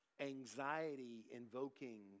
anxiety-invoking